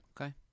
Okay